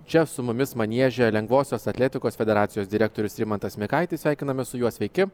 čia su mumis manieže lengvosios atletikos federacijos direktorius rimantas mikaitis sveikinamės su juo sveiki